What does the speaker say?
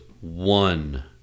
one